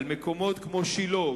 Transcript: על מקומות כמו שילה,